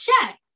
check